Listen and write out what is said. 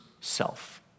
self